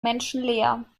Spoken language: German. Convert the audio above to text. menschenleer